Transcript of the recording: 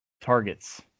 Targets